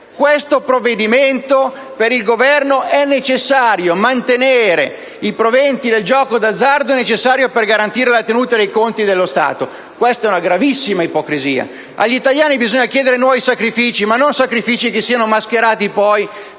Questo provvedimento per il Governo è necessario; mantenere i proventi del gioco d'azzardo è necessario per garantire la tenuta dei conti dello Stato. Ed è una gravissima ipocrisia. Agli italiani bisogna chiedere nuovi sacrifici, ma non sacrifici che siano mascherati dal